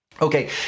Okay